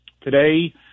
today